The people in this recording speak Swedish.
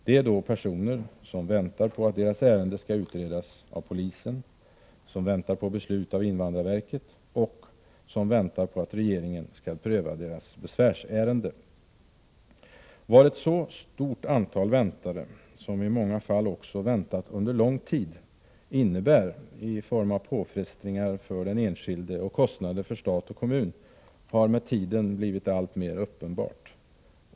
Det är då personer som väntar på att deras ärende skall utredas av polisen, som väntar på beslut av invandrarverket och som väntar på att regeringen skall pröva deras besvärsärenden. Vad ett så stort antal ”väntare”, som i många fall också väntat under en lång tid, innebär i form av påfrestningar för den enskilde och kostnader för stat och kommun har med tiden blivit alltmer uppenbart.